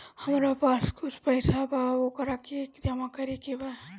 हमरा पास कुछ पईसा बा वोकरा के जमा करे के बा?